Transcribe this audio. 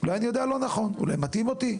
אולי אני יודע לא נכון, אולי מטעים אותי.